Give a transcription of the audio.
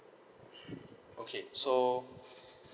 okay so